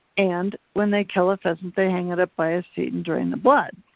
and when they kill a pheasant they hang it up by his feet and drain the blood,